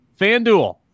FanDuel